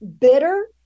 bitter